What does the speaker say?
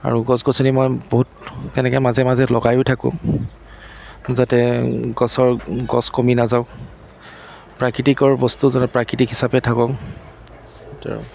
আৰু গছ গছনি মই বহুত তেনেকৈ মাজে মাজে লগায়ো থাকোঁ যাতে গছৰ গছ কমি নাযাওঁক প্ৰাকৃতিকৰ বস্তু প্ৰাকৃতিক হিচাপে থাকক সেইটোৱে আৰু